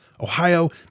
Ohio